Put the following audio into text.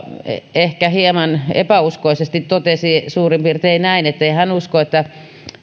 ehkä hieman epäuskoisesti totesi suurin piirtein näin ettei hän usko että